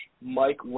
Mike